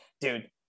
dude